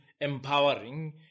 empowering